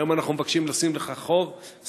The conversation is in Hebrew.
היום אנחנו מבקשים לשים לכך סוף,